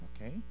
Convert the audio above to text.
Okay